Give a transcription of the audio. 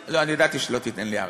ידעתי שלא תיתן לי הארכה.